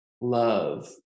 love